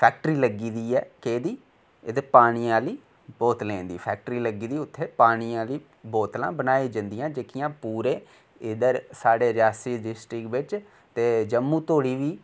factory लगी दी ऐ केह्दी एह्दी पानियै आह्ली बोतलें दी फैक्ट्री लग्गी दी उत्थै पानियै आह्ली बोतलां बनाई जंदियां जेह्कियां पूरे इधर साढ़े रियासी डिस्टिक बिच ते जम्मू धोड़ी भी